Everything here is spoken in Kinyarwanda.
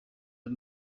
ari